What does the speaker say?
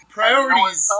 priorities